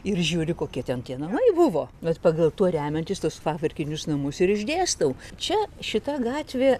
ir žiūri kokie ten tie namai buvo bet pagal tuo remiantis tuos fachverkinius namus ir išdėstau čia šita gatvė